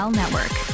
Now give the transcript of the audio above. network